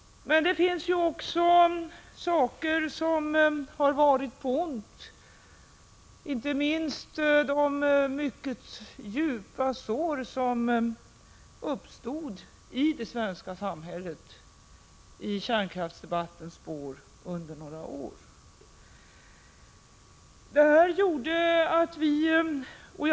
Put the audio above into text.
Men det finns också sådant som varit av ondo, inte minst de mycket djupa sår som i kärnkraftsdebattens spår uppstod i det svenska samhället under några år.